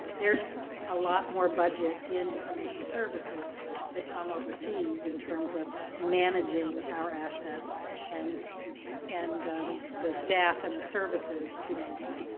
there's a lot more budget in information services that tom oversees in terms of managing our assets and and the staff and the services to maintain